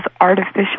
artificial